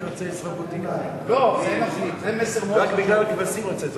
זה מסר מאוד חשוב.